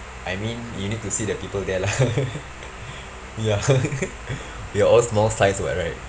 I mean you need to see the people there lah we are we are all small size what right